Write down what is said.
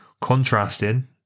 contrasting